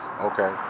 okay